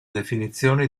definizione